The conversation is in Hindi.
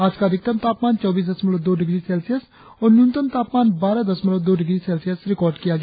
आज का अधिकतम तापमान चौबीस दशमलव दो डिग्री सेल्सियस और न्यूनतम तापमान बारह दशमलव दो डिग्री सेल्सियस रिकार्ड किया गया